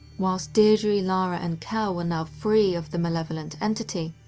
whilst deidre, lara and cal were now free of the malevolent entity,